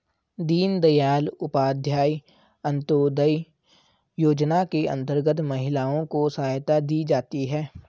दीनदयाल उपाध्याय अंतोदय योजना के अंतर्गत महिलाओं को सहायता दी जाती है